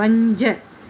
पंज